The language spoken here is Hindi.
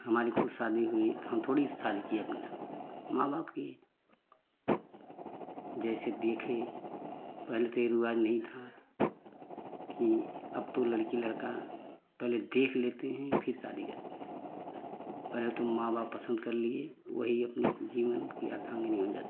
हमारी खुद शादी हुई तो हम खुद थोड़ी शादी किए अपने आप माँ बाप किए जैसे देखें पहले तो ये रिवाज नहीं था कि अब तो लड़की लड़का पहले देख लेते हैं फिर शादी करते हैं पहले तुम माँ बाप पसंद कर लिए वही अपने जीवन की अर्धांगिनी हो जाती है